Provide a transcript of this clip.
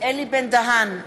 אלי בן-דהן,